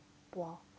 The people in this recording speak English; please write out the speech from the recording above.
!wah!